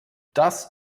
das